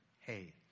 Hey